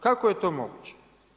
Kako je to moguće?